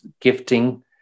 gifting